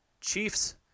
Chiefs